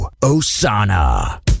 Osana